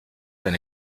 eine